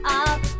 up